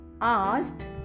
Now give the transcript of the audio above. asked